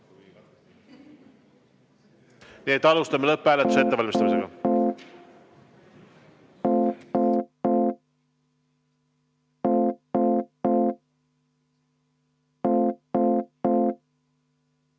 nii et alustame lõpphääletuse ettevalmistamist.